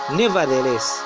nevertheless